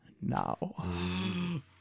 now